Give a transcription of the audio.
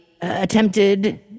attempted